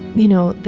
you know,